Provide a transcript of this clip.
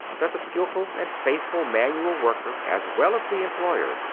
that the skilled and faithful manual worker, as well as the employer,